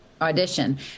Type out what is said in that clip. audition